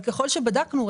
ככל שבדקנו,